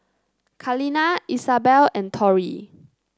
Kaleena Isabell and Tori